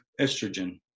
estrogen